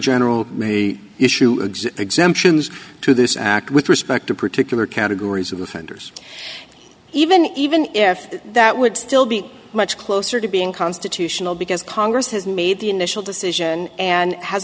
general may issue exemptions to this act with respect to particular categories of offenders even even if that would still be much closer to being constitutional because congress has made the initial decision and has